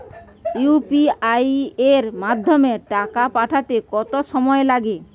UPI এর মাধ্যমে টাকা পাঠাতে কত সময় লাগে?